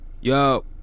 Yo